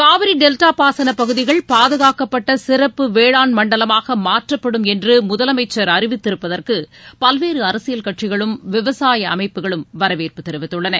Kaveri delta பாசன பகுதிகள் பாதுகாக்கப்பட்ட சிறப்பு வேளாண் மண்டலமாக மாற்றப்படும் என்று முதலமைச்சர் அறிவித்திருப்பதற்கு பல்வேறு அரசியல் கட்சிகளும் விவசாய அமைப்புகளும் வரவேற்பு தெரிவித்துள்ளன